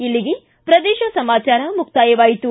ಇಲ್ಲಿಗೆ ಪ್ರದೇಶ ಸಮಾಚಾರ ಮುಕ್ತಾಯವಾಯಿತು